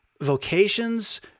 vocations